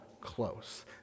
close